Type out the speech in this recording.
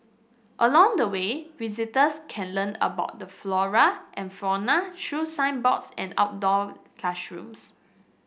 along the way visitors can learn about the flora and fauna through signboards and outdoor classrooms